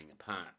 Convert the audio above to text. apart